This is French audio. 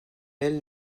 elle